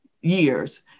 years